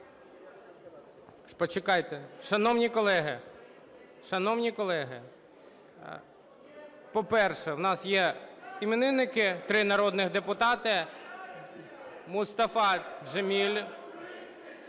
колеги, шановні колеги, по-перше, в нас є іменники – три народних депутати: Мустафа Джемілєв,